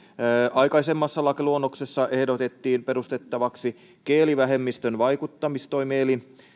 aikaisemmassa lakiluonnoksessa ehdotettiin perustettavaksi kielivähemmistön vaikuttamistoimielin